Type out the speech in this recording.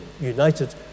united